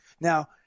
Now